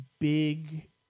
big